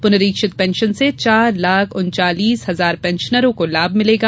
पुनरीक्षित पेंशन से चार लाख उनचालीस हजार पेंशनरों को लाभ मिलेगा